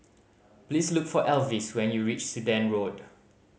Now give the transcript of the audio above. please look for Elvis when you reach Sudan Road